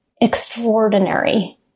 extraordinary